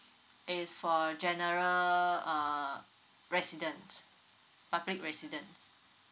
is for general uh resident public residence